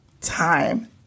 time